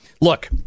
Look